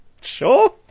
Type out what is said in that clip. Sure